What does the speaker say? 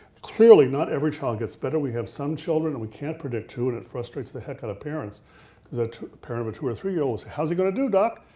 clearly, not every child gets better. we have some children, and we can't predict who, and it frustrates the heck out of parents because a parent of a two or three year old will say, how's he gonna do, doc?